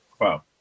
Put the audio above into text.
Wow